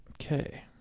Okay